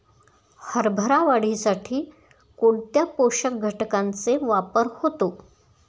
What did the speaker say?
हरभरा वाढीसाठी कोणत्या पोषक घटकांचे वापर होतो?